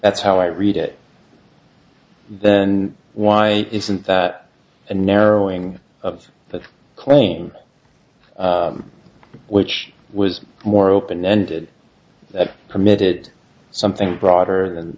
that's how i read it then why isn't that a narrowing of claim which was more open ended that permitted something broader than